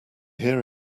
here